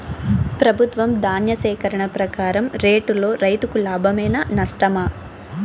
ప్రభుత్వం ధాన్య సేకరణ ప్రకారం రేటులో రైతుకు లాభమేనా నష్టమా?